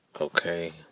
Okay